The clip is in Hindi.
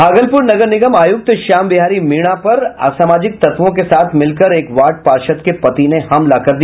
भागलपुर नगर निगम आयुक्त श्याम बिहारी मीणा पर असामाजिक तत्वों के साथ मिलकर एक वार्ड पार्षद के पति ने हमला कर दिया